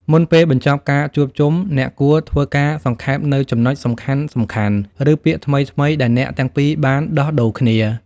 មុនពេលបញ្ចប់ការជួបជុំ អ្នកគួរធ្វើការសង្ខេបនូវចំណុចសំខាន់ៗ ឬពាក្យថ្មីៗដែលអ្នកទាំងពីរបានដោះដូរគ្នា។